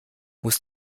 muss